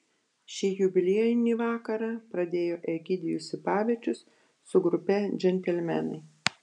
šį jubiliejinį vakarą pradėjo egidijus sipavičius su grupe džentelmenai